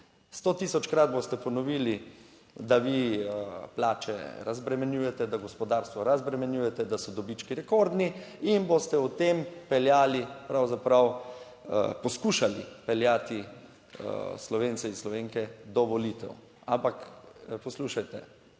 Sto tisočkrat boste ponovili, da vi plače razbremenjujete, da gospodarstvo razbremenjujete, da so dobički rekordni, in boste o tem peljali, pravzaprav poskušali peljati Slovence in Slovenke do volitev. Ampak poslušajte,